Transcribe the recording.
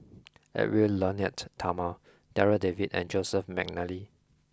Edwy Lyonet Talma Darryl David and Joseph McNally